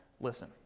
listen